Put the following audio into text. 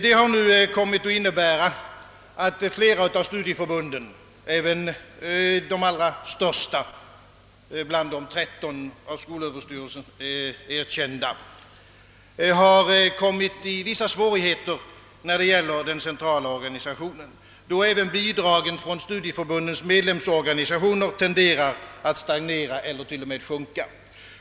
Detta har kommit att innebära att flera av studieförbunden, även de allra största bland de 13 av skolöverstyrelsen erkända, har råkat i vissa svårigheter, när det gäller den centrala organisationen, eftersom även bidragen från studieförbundens medlemsorganisationer tenderar att stagnera eller t.o.m. minska.